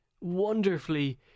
wonderfully